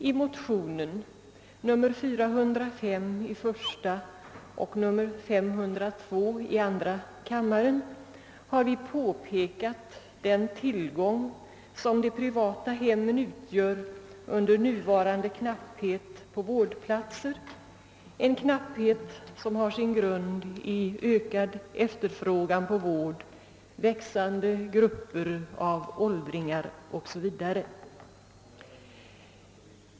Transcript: I motionsparet 1: 405 och II: 502 har vi påpekat vilken tillgång som de privata hemmen utgör under nuvarande knapphet på vårdplatser, vilken har sin grund i ökad efterfrågan på vård, växande grupper av åldringar o. s. v.